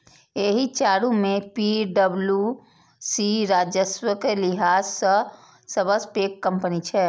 एहि चारू मे पी.डब्ल्यू.सी राजस्वक लिहाज सं सबसं पैघ कंपनी छै